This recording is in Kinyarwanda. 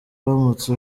uramutse